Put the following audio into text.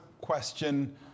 question